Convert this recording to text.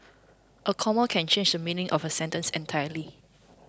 a comma can change the meaning of a sentence entirely